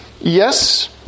Yes